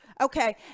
Okay